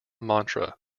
mantra